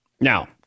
Now